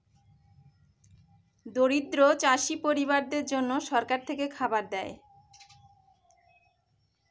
দরিদ্র চাষী পরিবারদের জন্যে সরকার থেকে খাবার দেয়